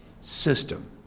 system